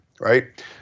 right